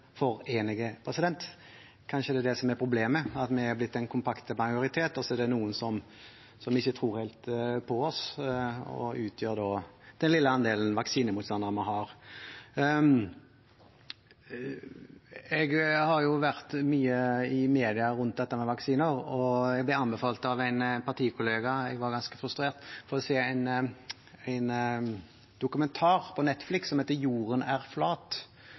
for enige. Kanskje det er problemet, at vi har blitt den kompakte majoritet, og så er det noen som ikke helt tror på oss, og som utgjør den lille andelen vaksinemotstandere vi har. Jeg har vært mye i media i forbindelse med vaksiner, og en gang jeg var ganske frustrert, ble jeg anbefalt av en partikollega å se en dokumentar på Netflix som heter Jorden er flat.